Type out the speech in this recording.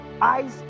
eyes